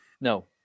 No